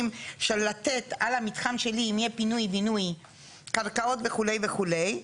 של לתת על המתחם שלי אם יהיה פינוי בינוי קרקעות וכו' וכו'.